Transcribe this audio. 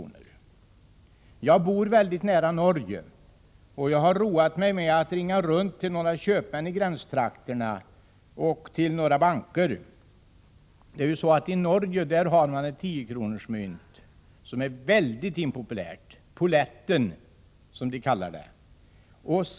Jag bor väldigt nära Norge. Jag har roat mig med att ringa runt till köpmän och banker i gränstrakterna. I Norge har man ett 10-kronorsmynt, som är väldigt impopulärt. Polletten kallas det.